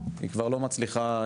היא כבר לא מצליחה,